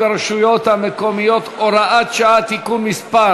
ברשויות המקומיות (הוראת שעה) (תיקון מס'